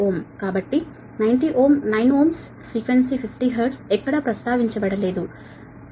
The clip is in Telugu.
15Ω కాబట్టి 9Ω f 50 హెర్ట్జ్ ఎక్కడా ప్రస్తావించబడలేదు ఫ్రీక్వెన్సీ